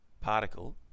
particle